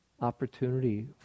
opportunity